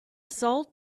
salt